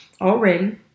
already